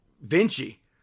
Vinci